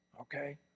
Okay